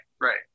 right